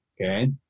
Okay